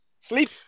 sleep